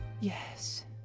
Yes